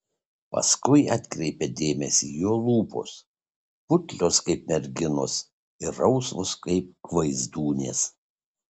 paskui atkreipia dėmesį jo lūpos putlios kaip merginos ir rausvos kaip gvaizdūnės